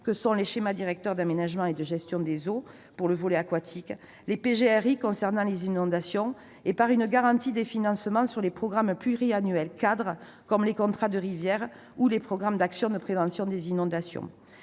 que sont les schémas directeurs d'aménagement et de gestion des eaux, pour le volet aquatique, les plans de gestion des risques d'inondation (PGRI), concernant les inondations, et par une garantie des financements sur les programmes pluriannuels cadres comme les contrats de rivières ou les programmes d'actions de prévention des inondations.